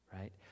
right